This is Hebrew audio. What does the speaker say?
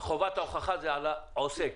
חובת ההוכחה היא על העוסק,